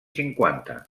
cinquanta